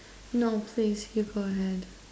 no please you go ahead